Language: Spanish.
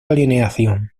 alineación